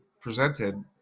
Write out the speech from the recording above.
presented